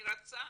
אני רוצה